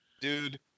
dude